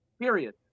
Period